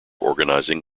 organizing